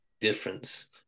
difference